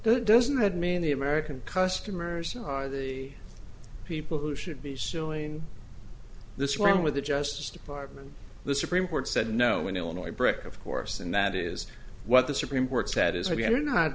though doesn't that mean the american customers are the people who should be suing this one with the justice department the supreme court said no in illinois brick of course and that is what the supreme court said is